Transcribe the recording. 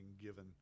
given